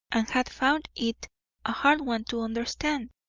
and had found it a hard one to understand.